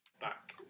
back